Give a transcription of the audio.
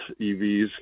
EVs